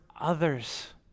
others